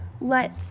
let